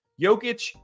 Jokic